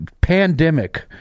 pandemic